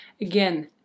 Again